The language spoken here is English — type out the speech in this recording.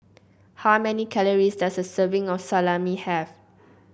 how many calories does a serving of Salami have